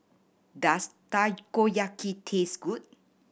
does Takoyaki taste good